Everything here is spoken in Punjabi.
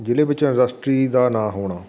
ਜ਼ਿਲ੍ਹੇ ਵਿੱਚ ਇੰਡਸਟਰੀ ਦਾ ਨਾ ਹੋਣਾ